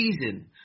season